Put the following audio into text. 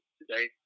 today